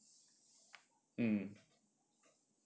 mm